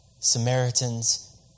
Samaritans